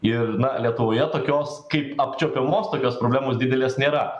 ir lietuvoje tokios kaip apčiuopiamos tokios problemos didelės nėra